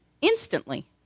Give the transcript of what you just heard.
instantly